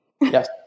Yes